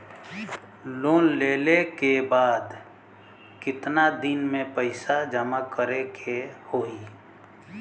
Loan लेले के बाद कितना दिन में पैसा जमा करे के होई?